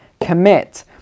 commit